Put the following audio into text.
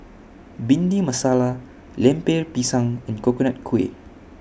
Bhindi Masala Lemper Pisang and Coconut Kuih